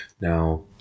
now